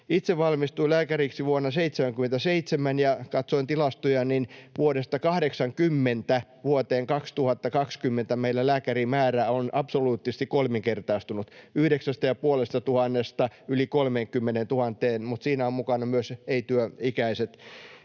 Itse valmistuin lääkäriksi vuonna 77, ja kun katsoin tilastoja, niin vuodesta 80 vuoteen 2020 meillä lääkärimäärä on absoluuttisesti kolminkertaistunut 9 500:sta yli 30 000:een, mutta siinä ovat mukana myös ei-työikäiset.